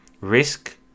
risk